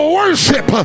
worship